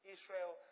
Israel